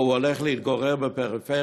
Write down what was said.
או האם הוא הולך להתגורר בפריפריה,